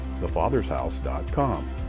thefathershouse.com